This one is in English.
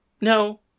No